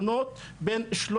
כמה היתרי בנייה?